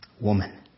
Woman